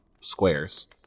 squares